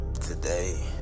Today